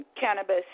cannabis